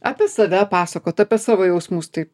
apie save pasakot apie savo jausmus taip